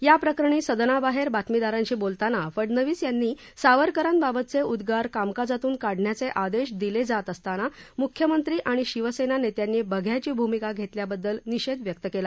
या प्रकरणी सदनाबाहेर बातमीदारांशी बोलताना फडनवीस यांनी सावरकरांबाबतचे उद्गर कामकाजातून काढण्याचे आदेश दिले जात असताना मुख्यमंत्री आणि शिवसेना नेत्यांनी बघ्याची भूमिका घेतल्याबद्दल निषेध व्यक्त केला